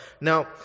Now